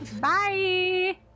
Bye